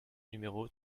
numéro